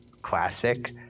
Classic